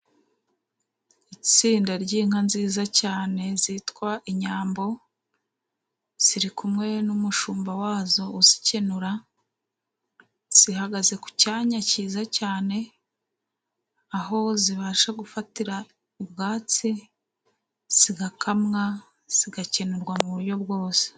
Itsinda ry'inka nziza cyane zitwa inyambo， ziri kumwe n'umushumba wazo uzikenura， zihagaze ku cyanya kiza cyane， aho zibasha gufatira ubwatsi，zigakamwa，zigakenurwa mu buryo bwose.